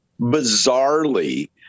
bizarrely